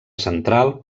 central